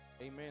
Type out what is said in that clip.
Amen